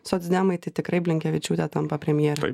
socdemai tai tikrai blinkevičiūtė tampa premjere